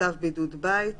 צו בידוד בית,